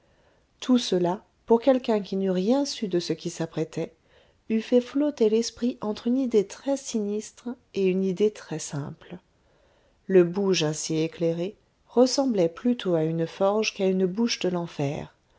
tout cela pour quelqu'un qui n'eût rien su de ce qui s'apprêtait eût fait flotter l'esprit entre une idée très sinistre et une idée très simple le bouge ainsi éclairé ressemblait plutôt à une forge qu'à une bouche de l'enfer